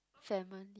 salmon